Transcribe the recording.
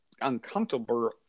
uncomfortable